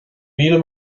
míle